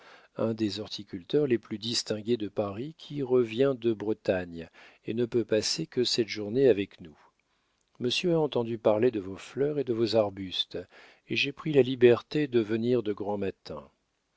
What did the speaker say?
un des horticulteurs les plus distingués de paris qui revient de bretagne et ne peut passer que cette journée avec nous monsieur a entendu parler de vos fleurs et de vos arbustes et j'ai pris la liberté de venir de grand matin